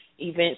events